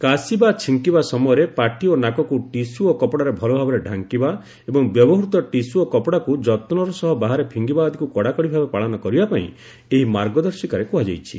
କାଶିବା ଓ ଛିଙ୍କିବା ସମୟରେ ପାଟି ଓ ନାକକୁ ଟିସୁ ଓ କପଡ଼ାରେ ଭଲ ଭାବରେ ଢ଼ାଙ୍କିବା ଏବଂ ବ୍ୟବହୃତ ଟିସୁ ଓ କପଡ଼ାକୁ ଯତ୍ନର ସହ ବାହାରେ ଫିଙ୍ଗିବା ଆଦିକୁ କଡ଼ାକଡ଼ି ଭାବେ ପାଳନ କରିବା ପାଇଁ ଏହି ମାର୍ଗଦର୍ଶିକାରେ କୁହାଯାଇଛି